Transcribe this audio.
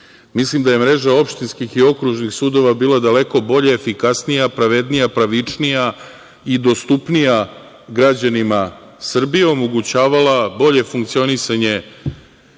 da je mreža opštinskih i okružnih sudova bila daleko bolje efikasnija, pravednija, pravičnija i dostupnija građanima Srbije, omogućavala bolje funkcionisanje